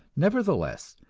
nevertheless,